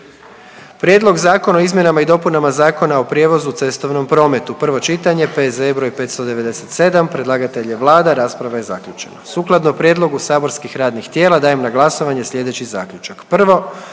Prijedlog Zakona o dostavi sudskih pismena, prvo čitanje, P.Z.E. br. 603, predlagatelj je Vlada, rasprava je zaključena. Sukladno prijedlogu saborskih radnih tijela dajem na glasovanje sljedeći zaključak: